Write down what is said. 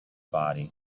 body